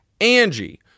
Angie